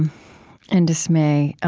and dismay.